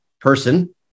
person